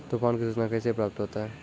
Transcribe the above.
तुफान की सुचना कैसे प्राप्त होता हैं?